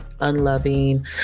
unloving